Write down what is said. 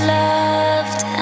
loved